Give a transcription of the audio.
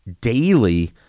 daily